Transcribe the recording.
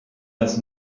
das